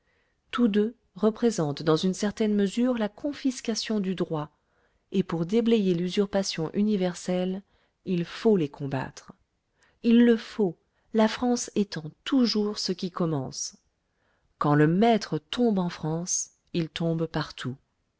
tous deux représentent dans une certaine mesure la confiscation du droit et pour déblayer l'usurpation universelle il faut les combattre il le faut la france étant toujours ce qui commence quand le maître tombe en france il tombe partout